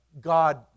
God